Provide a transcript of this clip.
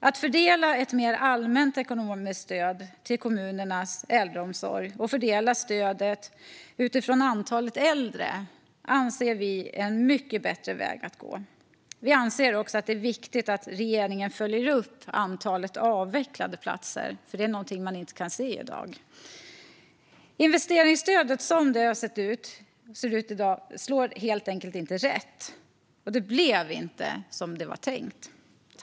Att fördela ett mer allmänt ekonomiskt stöd till kommunernas äldreomsorg, och fördela stödet utifrån antalet äldre, anser vi är en mycket bättre väg att gå. Vi anser också det är viktigt att regeringen följer upp antalet avvecklade platser. Det är någonting man inte kan se i dag. Investeringsstödet som det ser ut i dag slår helt enkelt inte rätt. Det blev inte som det var tänkt.